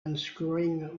unscrewing